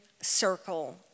circle